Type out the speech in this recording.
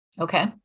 Okay